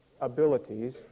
abilities